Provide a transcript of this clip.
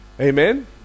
Amen